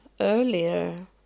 earlier